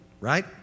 right